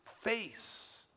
face